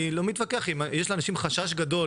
אני לא מתווכח, אם לאנשים יש חשש גדול